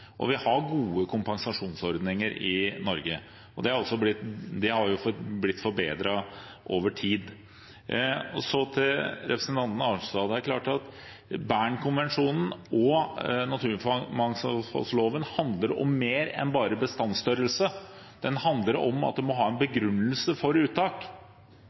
Vi har gode kompensasjonsordninger i Norge, og de har blitt forbedret over tid. Så til representanten Arnstad: Bernkonvensjonen og naturmangfoldloven handler om mer enn bare bestandsstørrelse, de handler om at en må ha en begrunnelse for uttak.